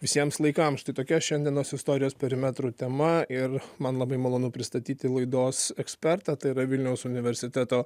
visiems laikams štai tokia šiandienos istorijos perimetrų tema ir man labai malonu pristatyti laidos ekspertą tai yra vilniaus universiteto